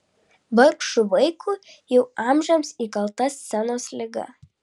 vargšui vaikui jau amžiams įkalta scenos liga